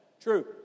True